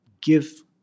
give